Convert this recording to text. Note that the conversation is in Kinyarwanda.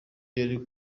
yari